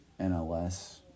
NLS